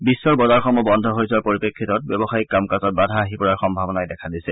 বিশ্বৰ বজাৰসমূহ বন্ধ হৈ যোৱাৰ পৰিপ্ৰেক্ষিতত ব্যৱসায়িক কাম কাজত বাধা আহি পৰাৰ সম্ভাৱনাই দেখা দিছে